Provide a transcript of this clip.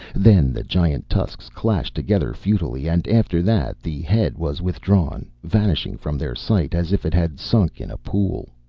then the giant tusks clashed together futilely, and after that the head was withdrawn, vanishing from their sight as if it had sunk in a pool.